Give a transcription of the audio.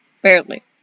Barely